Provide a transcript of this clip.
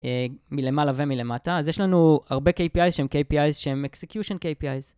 מלמעלה ומלמטה, אז יש לנו הרבה KPIs שהם KPIs שהם Execution KPIs